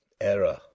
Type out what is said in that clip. Error